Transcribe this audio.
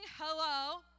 Hello